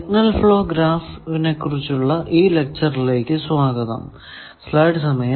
signal flow graph നെ കുറിച്ചുള്ള ഈ ലെക്ച്ചറിലേക്കു സ്വാഗതം